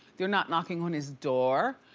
they're not knocking on his door.